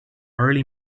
early